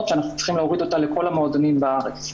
שאנחנו צריכים להוריד אותה לכל המועדונים בארץ,